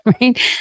right